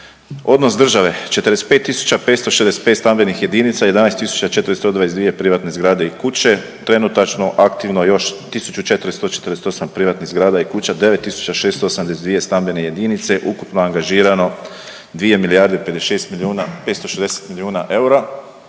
Odnos države 45565 stambenih jedinica, 11422 privatne zgrade i kuće. Trenutačno aktivno još 1448 privatnih zgrada i kuća, 9682 stambene jedinice, ukupno angažirano 2 milijarde 56 milijuna, 560 milijuna eura.